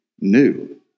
new